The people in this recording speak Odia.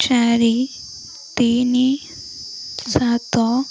ଚାରି ତିନି ସାତ